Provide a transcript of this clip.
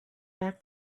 back